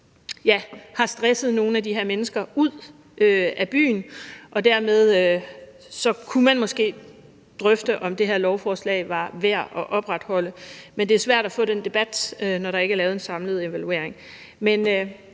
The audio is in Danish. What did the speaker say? har stresset nogle af de her mennesker ud af byen. Og dermed kunne man måske drøfte, om det her lovforslag var værd at opretholde, men det er svært at få den debat, når der ikke er lavet en samlet evaluering.